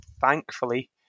thankfully